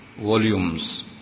volumes